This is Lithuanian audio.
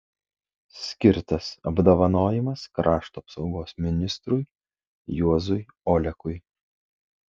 skirtas apdovanojimas krašto apsaugos ministrui juozui olekui